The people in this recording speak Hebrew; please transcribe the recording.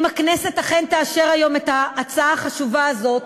אם הכנסת אכן תאשר את ההצעה החשובה הזאת,